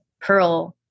Pearl